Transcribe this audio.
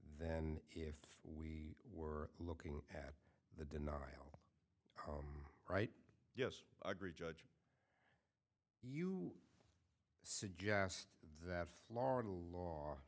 then if we were looking at the denial right yes i agree judge you suggest that florida law